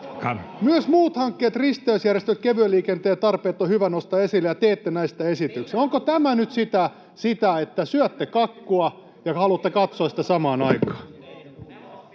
myös muut hankkeet — risteysjärjestelyt, kevyen liikenteen tarpeet — on hyvä nostaa esille, niin teette näistä esityksen. Onko tämä nyt sitä, että syötte kakkua ja haluatte katsoa sitä samaan aikaan?